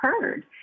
heard